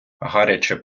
гаряче